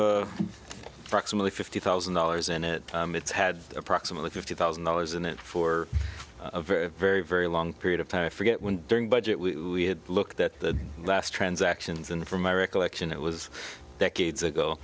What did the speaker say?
the fifty thousand dollars in it it's had approximately fifty thousand dollars in it for a very very very long period of time i forget when during budget we looked at the last transactions and for my recollection it was decades ago